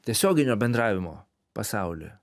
tiesioginio bendravimo pasaulį